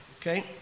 okay